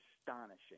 astonishing